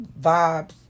vibes